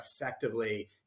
effectively